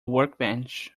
workbench